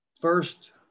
First